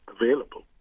available